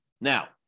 Now